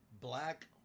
black